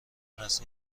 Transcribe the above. است